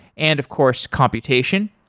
and of course, computation.